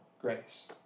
grace